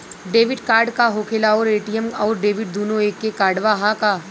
Debit card का होखेला और ए.टी.एम आउर डेबिट दुनों एके कार्डवा ह का?